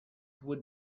would